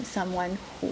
someone who